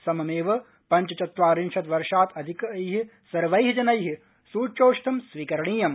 सममेव पञ्चचत्वारिशत् वर्षात् अधिकै सर्वै जनै सूच्यौषधं स्वीकरणीयम्